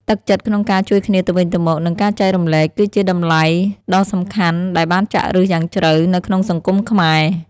ទឹកចិត្តក្នុងការជួយគ្នាទៅវិញទៅមក និងការចែករំលែក គឺជាតម្លៃដ៏សំខាន់ដែលបានចាក់ឫសយ៉ាងជ្រៅនៅក្នុងសង្គមខ្មែរ។